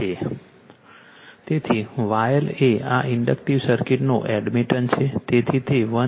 તેથી YL એ આ ઇન્ડક્ટિવ સર્કિટનો એડમિટન્સ છે